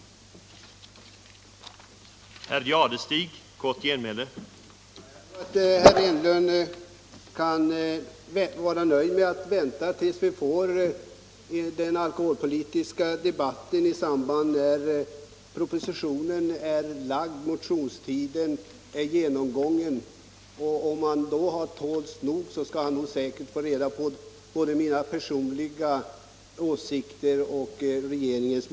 Allmänpolitisk debatt Allmänpolitisk debatt